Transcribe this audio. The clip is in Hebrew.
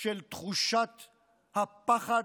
של תחושת הפחד,